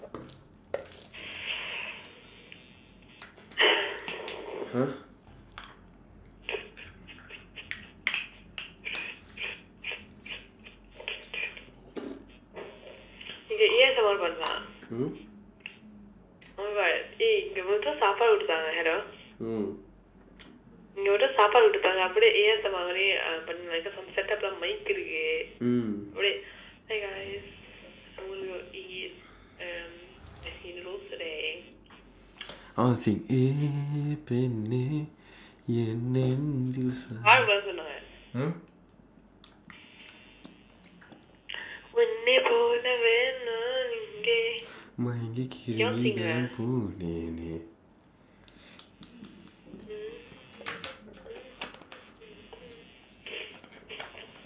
!huh! !huh! hmm mm I want to sing eh பெண்ணே என் நெஞ்சில் சாய்ந்து:pennee en nenjsil saaindthu !huh! மயங்கி கிடந்து நான் போனேனே:mayangki kidandthu naan pooneenee